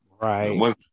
Right